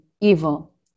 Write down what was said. evil